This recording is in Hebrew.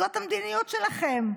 זאת המדיניות שלכם,